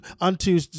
unto